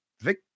Vic